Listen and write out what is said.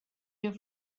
your